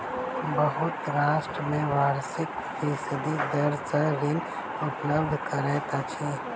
बहुत राष्ट्र में वार्षिक फीसदी दर सॅ ऋण उपलब्ध करैत अछि